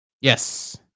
Yes